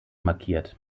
markiert